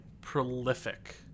prolific